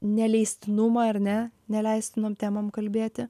neleistinumą ar ne neleistinom temom kalbėti